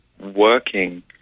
working